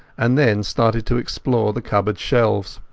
and then started to explore the cupboard shelves.